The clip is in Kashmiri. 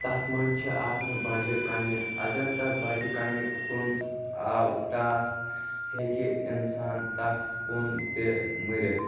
تَتھ منٛز چھ آسان بجہِ کنہِ اگر تَتھ بجہِ کنہِ کُن آو ٹاس ہیٚکہِ اِنسان تَتھ کُن تہِ مٔرِتھ